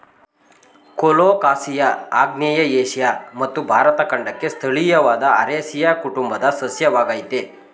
colocasia ಆಗ್ನೇಯ Asia ಮತ್ತು ಭಾರತ ಖಂಡಕ್ಕೆ ಸ್ಥಳೀಯವಾದ ಅರೇಸಿಯ ಕುಟುಂಬದ ಸಸ್ಯವಾಗಯ್ತೆ